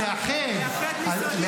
לסגור את המשרדים ולאחד.